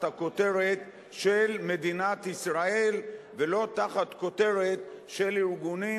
הכותרת של מדינת ישראל ולא תחת כותרת של ארגונים,